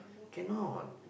cannot